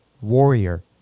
warrior